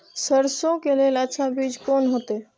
सरसों के लेल अच्छा बीज कोन होते?